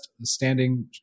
standing